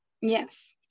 Yes